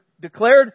declared